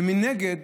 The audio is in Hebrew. ומנגד,